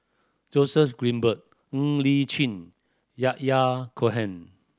Joseph Grimberg Ng Li Chin Yahya Cohen